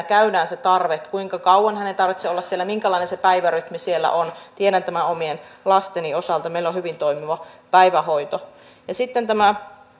käydään läpi se tarve kuinka kauan hänen tarvitsee olla siellä minkälainen se päivärytmi siellä on tiedän tämän omien lasteni osalta meillä on hyvin toimiva päivähoito sitten